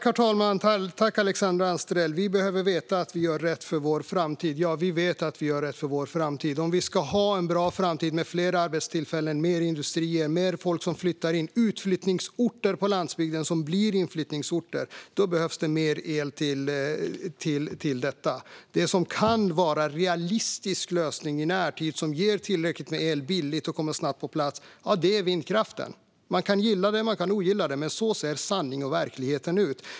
Herr talman! Jag tackar Alexandra Anstrell. Vi behöver veta att vi gör rätt för vår framtid. Ja, vi vet att vi gör rätt för vår framtid. Om vi ska ha en bra framtid med fler arbetstillfällen, fler industrier och fler människor som flyttar in till utflyttningsorter på landsbygden så att de blir inflyttningsorter då behövs det mer el. Det som kan vara en realistisk lösning i närtid och som ger tillräckligt med billig el och som kommer snabbt på plats är vindkraften. Man kan gilla det eller ogilla det, men så ser sanningen och verkligheten ut.